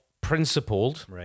principled